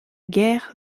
guerre